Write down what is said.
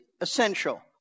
essential